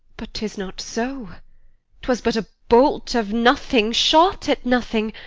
but tis not so twas but a bolt of nothing, shot at nothing,